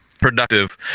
Productive